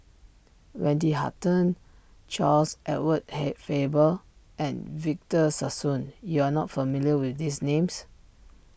Wendy Hutton Charles Edward have Faber and Victor Sassoon you are not familiar with these names